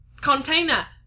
container